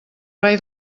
rei